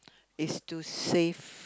is to save